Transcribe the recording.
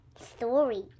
story